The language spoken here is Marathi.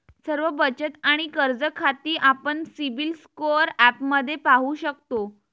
सर्व बचत आणि कर्ज खाती आपण सिबिल स्कोअर ॲपमध्ये पाहू शकतो